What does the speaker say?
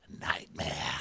nightmare